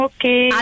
Okay